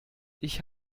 ich